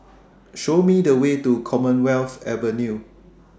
Show Me The Way to Commonwealth Avenue